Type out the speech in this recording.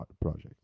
project